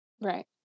Right